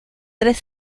tres